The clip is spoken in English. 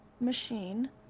machine